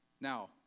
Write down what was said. Now